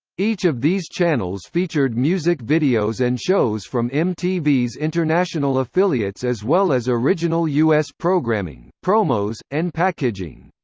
each of these channels featured music videos and shows from mtv's international affiliates as well as original us programming, promos, and packaging.